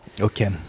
Okay